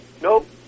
Nope